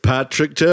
Patrick